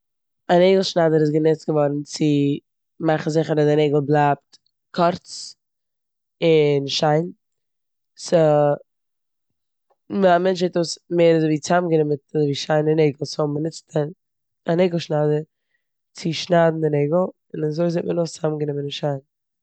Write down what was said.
א נעגל שניידער איז גענוצט געווארן צו מאכן זיכער אז די נעגל בלייבט קורץ און שין. ס'- מ- א מענטש זעט אויס מער אזויווי צאמגענומען מיט אזויווי שיינע נעגל סאו מ'נוצט א- א נעגל שניידער צו שניידן די נעגל און אזוי זעט מען אויס צאמגענומען און שיין.